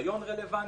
ניסיון רלוונטי,